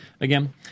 again